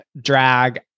drag